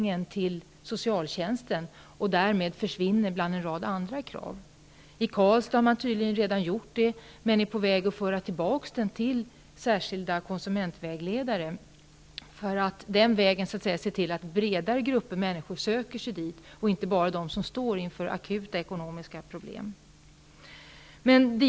Därmed försvinner kraven på att det skall finnas konsumentvägledning bland en rad andra krav. I Karlstad har man tydligen vidtagit en sådan förändring, men nu är man på väg att föra tillbaka vägledningen till särskilda konsumentvägledare för att den vägen se till att bredare grupper av människor söker sig dit och inte bara de som står inför akuta ekonomiska problem.